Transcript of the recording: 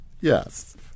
Yes